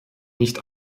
nicht